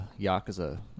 Yakuza